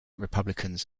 republicans